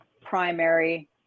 primary